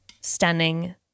stunning